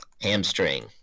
Hamstring